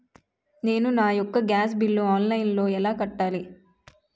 నేను నా యెక్క గ్యాస్ బిల్లు ఆన్లైన్లో ఎలా కట్టాలి?